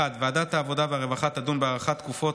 1. ועדת העבודה והרווחה תדון בהארכת תקופות